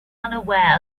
unaware